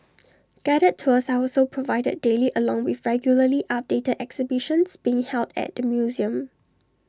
guided tours are also provided daily along with regularly updated exhibitions being held at the museum